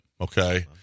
Okay